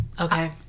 okay